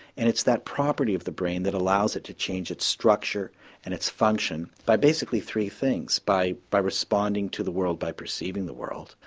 and it's that property of the brain that allows it to change its structure and its function by basically three things. by by responding to the world by perceiving the world,